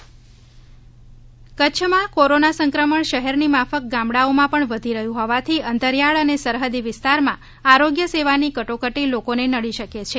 કચ્છમાં self lockdown Kutch માં corona સંક્રમણ શહેર ની માફક ગામડાઓ માં પણ વધી રહ્યું હોવાથી અંતરિયાળ અને સરહદી વિસ્તાર માં આરોગ્ય સેવા ની કટોકટી લોકો ને નડી શકે છે